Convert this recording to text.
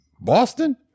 Boston